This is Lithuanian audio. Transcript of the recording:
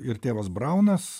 ir tėvas braunas